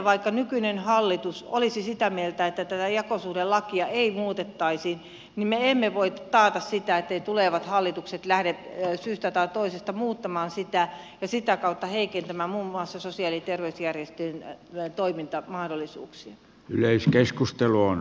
vaikka nykyinen hallitus olisi sitä mieltä että tätä jakosuhdelakia ei muutettaisi niin me emme voi taata sitä etteivät tulevat hallitukset lähde syystä tai toisesta muuttamaan sitä ja sitä kautta heikentämään muun muassa sosiaali ja ryhtyi näin toiminta mahdollisuuksiin yleisin terveysjärjestöjen toimintamahdollisuuksia